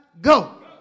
go